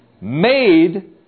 made